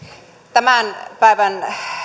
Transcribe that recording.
tämän päivän